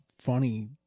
funny